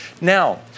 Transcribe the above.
Now